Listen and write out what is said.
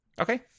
Okay